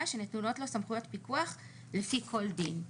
שנתונות לו סמכויות פיקוח לפי כל דין,